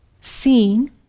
seen